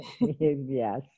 Yes